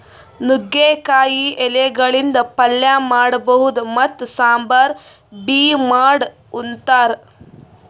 ನುಗ್ಗಿಕಾಯಿ ಎಲಿಗಳಿಂದ್ ಪಲ್ಯ ಮಾಡಬಹುದ್ ಮತ್ತ್ ಸಾಂಬಾರ್ ಬಿ ಮಾಡ್ ಉಂತಾರ್